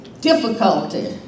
difficulty